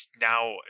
now